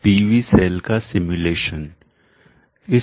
PV cell का simulation सतत अनुकरण